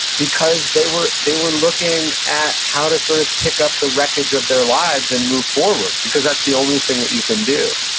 because they were they were looking at how to sort of pick up the wreckage of their lives and move forward. because that's the only thing that you can do.